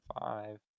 Five